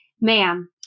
Ma'am